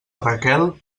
raquel